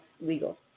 legal